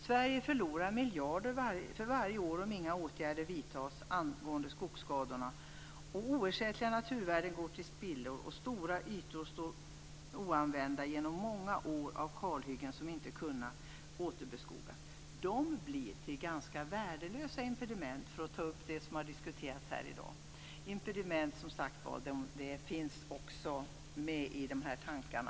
Sverige förlorar miljarder varje år om inga åtgärder vidtas angående skogsskadorna. Oersättliga naturvärden går till spillo och stora ytor står oanvända genom många år av kalhyggen som inte kunnat återbeskogas. De blir till ganska värdelösa impediment, för att ta upp det som har diskuterats här i dag. Impediment finns alltså också med i de här tankarna.